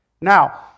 Now